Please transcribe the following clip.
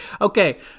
okay